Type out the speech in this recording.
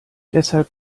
deshalb